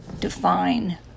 define